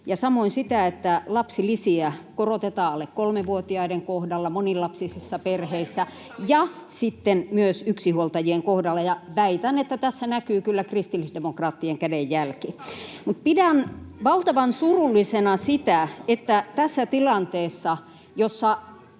samoin sitä, että lapsilisiä korotetaan alle kolmivuotiaiden kohdalla, monilapsisissa perheissä [Annika Saarikko: Olette keskustan linjalla!] ja sitten myös yksinhuoltajien kohdalla, ja väitän, että tässä näkyy kyllä kristillisdemokraattien kädenjälki. Mutta pidän valtavan surullisena sitä, että tässä tilanteessa, jossa